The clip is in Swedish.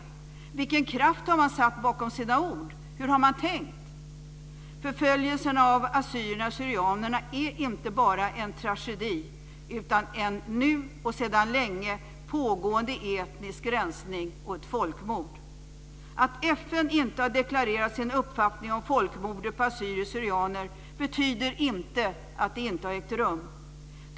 Vilken kraft har man satt bakom sina ord? Hur har man tänkt? Förföljelserna av assyrierna syrianer betyder inte att det inte har ägt rum.